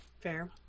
Fair